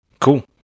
Cool